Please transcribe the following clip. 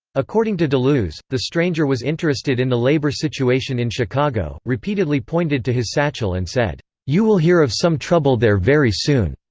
according to deluse, the stranger was interested in the labor situation in chicago, repeatedly pointed to his satchel and said, you will hear of some trouble there very soon.